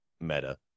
meta